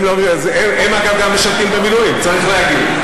גם הם, אגב, משרתים במילואים, צריך להגיד.